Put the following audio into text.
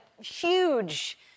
huge